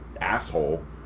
asshole